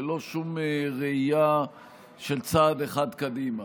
ללא שום ראייה של צעד אחד קדימה.